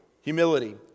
humility